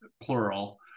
plural